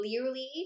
clearly